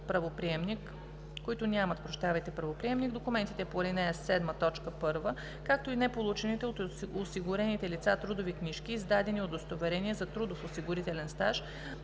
осигурителите, които нямат правоприемник, документите по ал. 7, т. 1, както и неполучените от осигурените лица трудови книжки, издадени удостоверения за трудов/осигурителен стаж